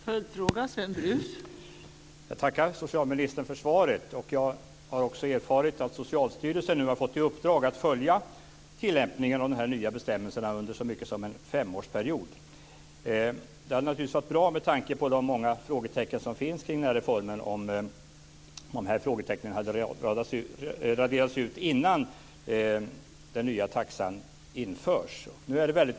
Fru talman! Jag tackar socialministern för svaret. Jag har också erfarit att Socialstyrelsen har fått i uppdrag att följa tillämpningen av de nya bestämmelserna under så mycket som en femårsperiod. Det hade naturligtvis varit bra, med tanke på de många frågetecken som finns kring den här reformen, om frågetecknen hade raderats ut innan den nya taxan införs.